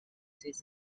this